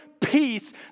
peace